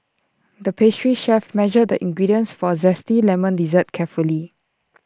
the pastry chef measured the ingredients for A Zesty Lemon Dessert carefully